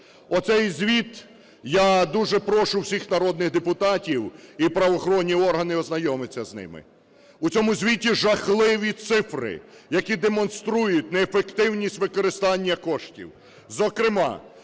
Оцей звіт, я дуже прошу всіх народних депутатів і правоохоронні органи, ознайомитися з ним. У цьому звіті жахливі цифри, які демонструють неефективність використання коштів. Зокрема,